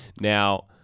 Now